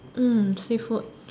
um seafood